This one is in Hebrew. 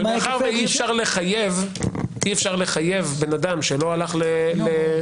אי אפשר לחייב אדם שלא הלך ל-.